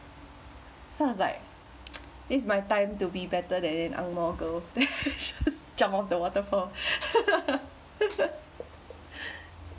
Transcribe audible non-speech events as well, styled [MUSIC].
so I was like [NOISE] it's my time to be better than an ang moh girl [LAUGHS] just jump off the waterfall [LAUGHS]